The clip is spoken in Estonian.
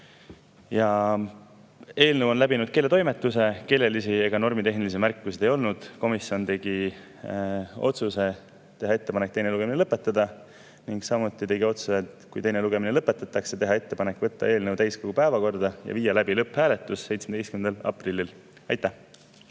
Eelnõu on läbinud keeletoimetuse, keelelisi ja normitehnilisi märkusi ei olnud. Komisjon tegi otsuse teha ettepanek teine lugemine lõpetada ning samuti tegi otsuse, et kui teine lugemine lõpetatakse, teha ettepanek võtta eelnõu täiskogu päevakorda ja viia läbi lõpphääletus 17. aprillil. Aitäh!